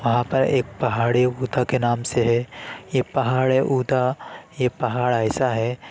وہاں پر ایک پہاڑی اوتا کے نام سے ہے یہ پہاڑ ہے اوتا یہ پہاڑ ایسا ہے